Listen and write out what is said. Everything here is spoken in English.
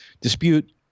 dispute